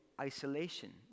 isolation